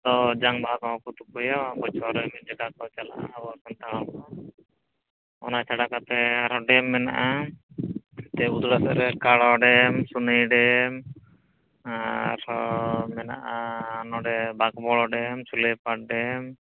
ᱦᱚᱭ ᱡᱟᱝᱵᱟᱦᱟ ᱠᱚᱦᱚᱸᱠᱚ ᱛᱚᱯᱟᱭᱟ ᱜᱚᱡ ᱢᱤᱫ ᱡᱟᱜᱟᱠᱚ ᱪᱟᱞᱟᱜᱼᱟ ᱟᱵᱚ ᱥᱟᱱᱛᱟᱲ ᱦᱚᱲᱠᱚ ᱚᱱᱟ ᱪᱷᱟᱲᱟ ᱠᱟᱛᱮᱫ ᱟᱨᱦᱚᱸ ᱰᱮᱢ ᱢᱮᱱᱟᱜᱼᱟ ᱛᱮᱵᱩᱫᱽᱲᱟ ᱥᱮᱫᱨᱮ ᱠᱟᱞᱚ ᱰᱮᱢ ᱥᱩᱱᱤ ᱰᱮᱢ ᱟᱨᱦᱚᱸ ᱢᱮᱱᱟᱜᱼᱟ ᱱᱚᱰᱮ ᱵᱟᱠᱢᱩᱲᱟᱹ ᱰᱮᱢ ᱪᱷᱩᱞᱟᱹᱭᱯᱟᱞ ᱰᱮᱢ